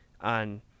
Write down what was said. on